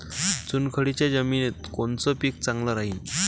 चुनखडीच्या जमिनीत कोनचं पीक चांगलं राहीन?